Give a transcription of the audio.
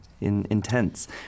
intense